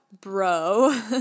Bro